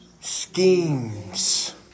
Schemes